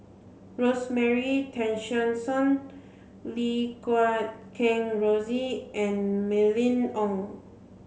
Rosemary Tessensohn Lim Guat Kheng Rosie and Mylene Ong